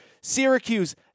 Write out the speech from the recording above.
Syracuse